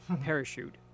parachute